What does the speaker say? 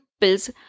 pills